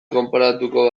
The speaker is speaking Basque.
konparatuko